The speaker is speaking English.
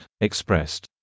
expressed